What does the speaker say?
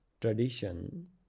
tradition